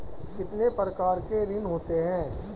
कितने प्रकार के ऋण होते हैं?